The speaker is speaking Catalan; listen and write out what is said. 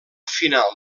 final